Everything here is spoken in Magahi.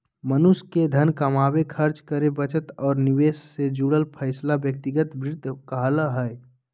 मनुष्य के धन कमावे, खर्च करे, बचत और निवेश से जुड़ल फैसला व्यक्तिगत वित्त कहला हय